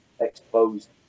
exposed